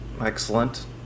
excellent